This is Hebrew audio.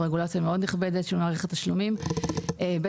זאת רגולציה מאוד נכבדת של מערכת תשלומים; בטח